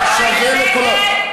רק שווה לכולם.